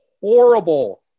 horrible